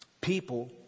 people